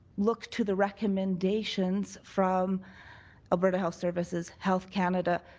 look to the recommendations from alberta health services, health canada,